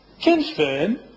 confirm